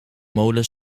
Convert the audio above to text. molen